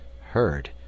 heard